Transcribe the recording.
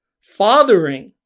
fathering